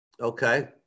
Okay